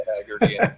Haggerty